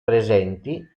presenti